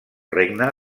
regne